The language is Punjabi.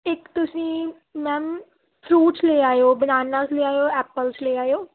ਇੱਕ ਤੁਸੀਂ ਮੈਮ ਫਰੂਟਸ ਲੈ ਆਇਓ ਬਨਾਨਾਸ ਲੈ ਆਇਓ ਐਪਲਸ ਲੈ ਆਇਓ